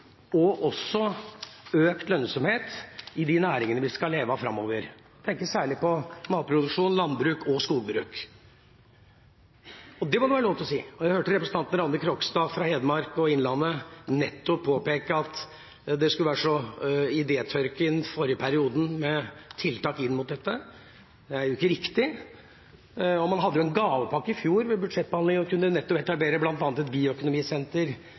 og også til økt lønnsomhet i de næringene vi skal leve av framover. Jeg tenker særlig på matproduksjon, landbruk og skogbruk. Det må det være lov til å si. Jeg hørte at representanten Rangdi Krogstad fra Hedmark og Innlandet nettopp påpekte at det skulle være så idétørke i forrige periode med tiltak inn mot dette. Det er ikke riktig. Man hadde en gavepakke ved budsjettbehandlingen i fjor ved at man nettopp kunne etablere bl.a. et bioøkonomisenter